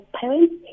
parents